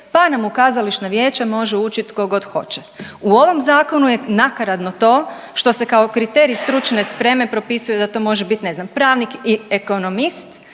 pa nam u kazališno vijeće može ući tko god hoće. U ovom zakonu je nakaradno to što se kao kriterij stručne spreme propisuje da to može bit ne znam pravnik i ekonomist